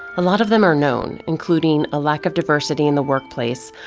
a lot of them are known, including a lack of diversity in the workplace,